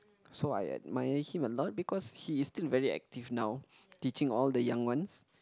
so I admire him a lot because he is still very active now teaching all the young ones